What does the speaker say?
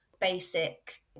basic